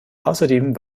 außerdem